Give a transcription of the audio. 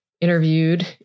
interviewed